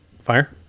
fire